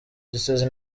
gisozi